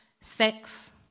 sex